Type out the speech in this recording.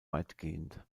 weitgehend